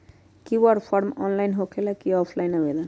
QR form online होकेला कि offline आवेदन?